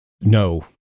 No